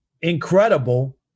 incredible